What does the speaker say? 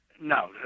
No